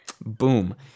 Boom